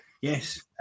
yes